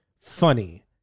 funny